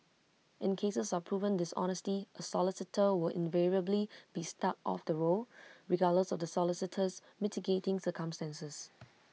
in cases of proven dishonesty A solicitor will invariably be struck off the roll regardless of the solicitor's mitigating circumstances